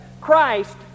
Christ